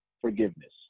forgiveness